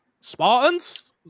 spartans